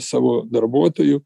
savo darbuotojų